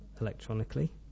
electronically